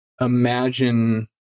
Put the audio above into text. imagine